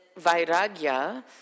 vairagya